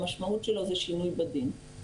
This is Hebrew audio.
המשמעות שלו הוא שינוי בדין.